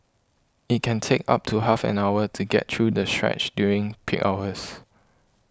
it can take up to half an hour to get through the stretch during peak hours